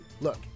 Look